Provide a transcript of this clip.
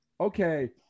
Okay